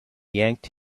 yanked